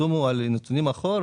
פרסום הוא על נתונים אחורה.